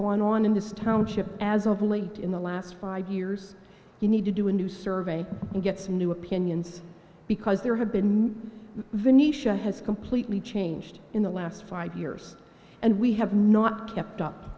gone on in this township as of late in the last five years you need to do a new survey and get some new opinions because there have been venetia has completely changed in the last five years and we have not kept up